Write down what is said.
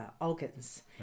organs